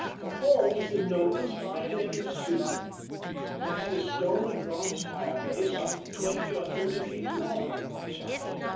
the hall was the noblest i had ever seen it had a stone and bronze fireplace some twenty or thirty feet long on one side,